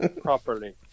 properly